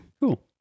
Cool